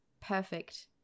perfect